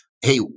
Hey